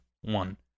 one